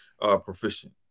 proficient